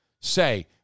say